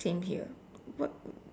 same here what